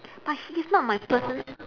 but he is not my person~